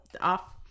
off